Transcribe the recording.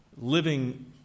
living